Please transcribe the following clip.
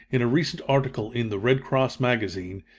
in a recent article in the red cross magazine,